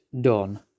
done